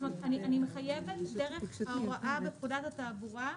אני מחייבת דרך ההוראה בפקודת התעבורה,